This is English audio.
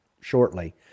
shortly